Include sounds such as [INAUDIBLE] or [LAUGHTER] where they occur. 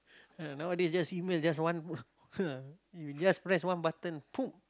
ah nowadays just email just one [LAUGHS] just press one button [NOISE]